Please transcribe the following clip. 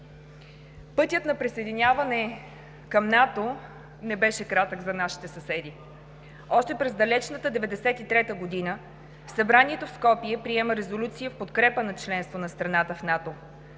Пътят на присъединяване към НАТО не беше кратък за нашите съседи. Още през далечната 1993 г. Събранието в Скопие приема резолюция в подкрепа на членство на страната в НАТО.